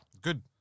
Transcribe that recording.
Good